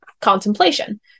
contemplation